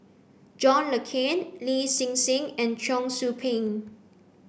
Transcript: John Le Cain Lin Hsin Hsin and Cheong Soo Pieng